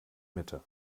mitte